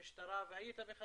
היית שם במשטרה והיית בחזית